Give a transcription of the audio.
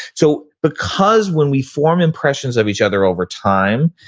so because when we form impressions of each other over time,